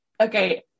Okay